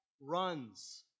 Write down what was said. runs